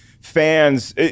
fans